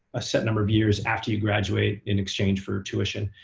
a set number of years after you graduate in exchange for tuition.